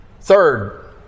Third